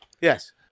Yes